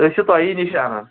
أسۍ چھِ تۄہی نِش اَنان